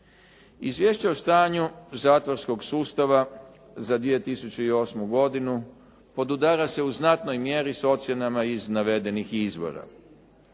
Izvješće o stanju zatvorskog sustava za 2008. godinu podudara se u znatnoj mjeri s ocjenama iz navedenih izvora.